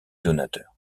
donateurs